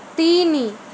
ତିନି